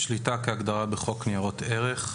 "שליטה" כהגדרתה בחוק ניירות ערך,